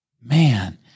Man